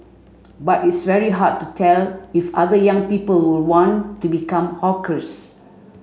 but it's very hard to tell if other young people will want to become hawkers